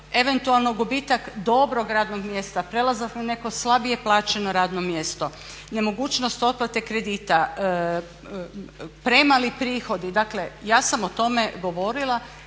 eventualno gubitak dobrog radnog mjesta, prelazak na neko slabije plaćeno radno mjesto, nemogućnost otplate kredita, premali prihodi. Dakle, ja sam o tome govorila.